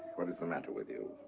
what is the matter with you?